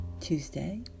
Tuesday